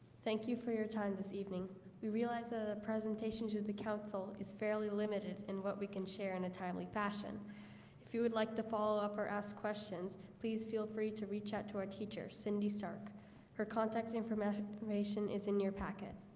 thank you for your time this evening we realize that a presentation to the council is fairly limited in what we can share in a timely fashion if you would like to follow up or ask questions, please feel free to reach out to our teacher cindy stark her contact information information is in your packet